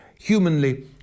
Humanly